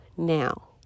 Now